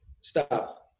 Stop